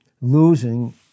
losing